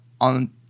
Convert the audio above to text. on